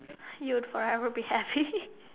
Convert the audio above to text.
you'd forever be happy